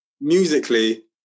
musically